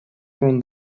from